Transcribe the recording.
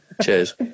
Cheers